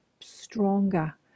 stronger